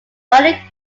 running